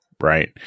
Right